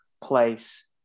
place